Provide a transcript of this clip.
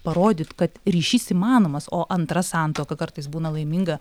parodyt kad ryšys įmanomas o antra santuoka kartais būna laiminga